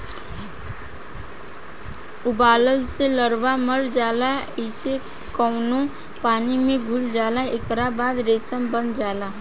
उबालला से लार्वा मर जाला जेइसे कोकून पानी में घुल जाला एकरा बाद रेशम बन जाला